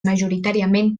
majoritàriament